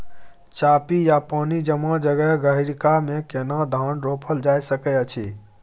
चापि या पानी जमा जगह, गहिरका मे केना धान रोपल जा सकै अछि?